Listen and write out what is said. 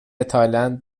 تایلند